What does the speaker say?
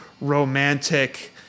romantic